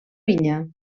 vinya